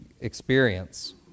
experience